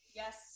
yes